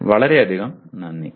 വളരെയധികം നന്ദി